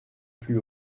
plus